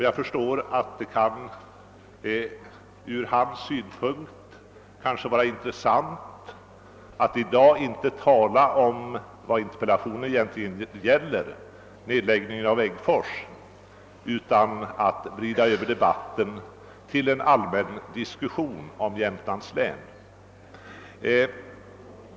Jag förstår emellertid att det från hans synpunkt kan vara klokt att i dag inte tala om den fråga som interpellationen egentligen gäller, nedläggningen av Äggfors, utan att i stället försöka vrida över debatten till en allmän diskussion om Jämtlands län.